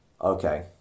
Okay